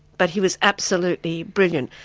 but he was absolutely brilliant.